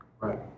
Right